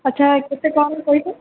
ଆଚ୍ଛା କେତେ ଟଙ୍କା କହି ପାରିବେ